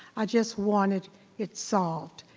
i just wanted it solved.